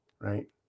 right